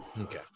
Okay